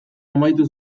amaitu